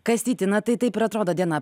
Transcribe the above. kastyti na tai taip ir atrodo diena